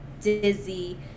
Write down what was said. dizzy